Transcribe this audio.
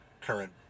current